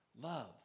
love